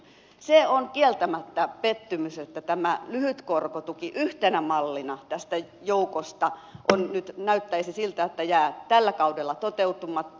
se on kieltämättä pettymys että tämä lyhyt korkotuki yhtenä mallina tästä joukosta on nyt näyttäisi siltä jäämässä tällä kaudella toteutumatta